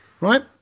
right